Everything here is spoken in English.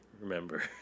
remember